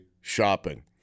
shopping